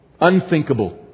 Unthinkable